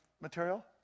material